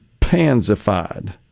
pansified